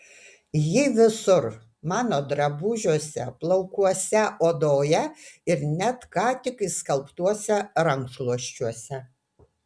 ji visur mano drabužiuose plaukuose odoje ir net ką tik išskalbtuose rankšluosčiuose